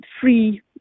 free